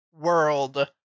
world